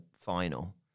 final